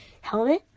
helmet